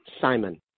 simon